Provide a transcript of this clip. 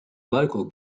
local